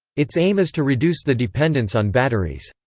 its aim is to reduce the dependence on batteries.